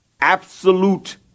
absolute